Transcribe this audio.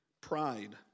pride